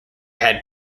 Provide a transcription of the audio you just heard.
had